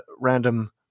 random